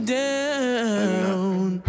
down